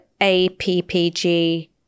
APPG